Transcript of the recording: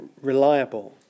reliable